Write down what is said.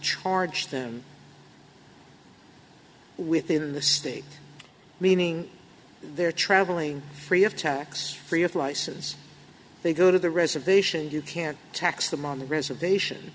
charge them within the state meaning they're traveling free of tax free if licenses they go to the reservation you can't tax them on the reservation